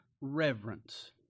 reverence